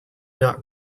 not